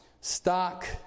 stock